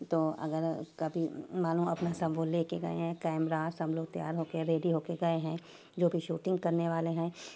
تو اگر کبھی مانو اپنا سب وہ لے کے گئے ہیں کیمرا سب لوگ تیار ہو کے ریڈی ہو کے گئے ہیں جو بھی شوٹنگ کرنے والے ہیں